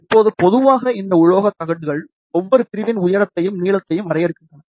இப்போது பொதுவாக இந்த உலோக தகடுகள் ஒவ்வொரு பிரிவின் உயரத்தையும் நீளத்தையும் வரையறுக்கின்றன